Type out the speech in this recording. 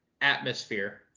atmosphere